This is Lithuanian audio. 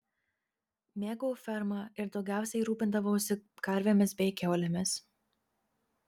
mėgau fermą ir daugiausiai rūpindavausi karvėmis bei kiaulėmis